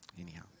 Anyhow